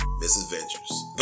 misadventures